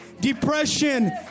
depression